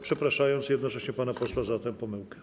Przepraszam jednocześnie pana posła za tę pomyłkę.